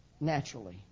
naturally